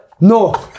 No